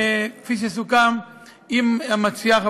כפי שסוכם עם המציעה,